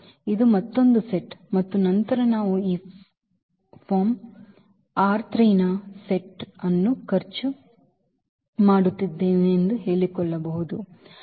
ಇದು ಮತ್ತೊಂದು ಸೆಟ್ ಮತ್ತು ನಂತರ ನಾವು ಈ ಫಾರ್ಮ್ ಈನ ಸೆಟ್ ಅನ್ನು ಖರ್ಚು ಮಾಡುತ್ತಿದ್ದೇವೆ ಎಂದು ಹೇಳಿಕೊಳ್ಳುತ್ತಿದ್ದೇವೆ